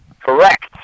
Correct